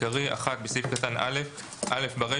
העיקרי - (1)בסעיף קטן (א) - (א)ברישה,